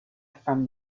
from